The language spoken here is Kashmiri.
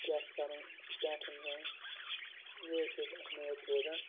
کیٛاہ چھِ کَرُن کیٛاہ چھِنہٕ کَرُن یہِ حظ چھِ اَسہِ امید روزان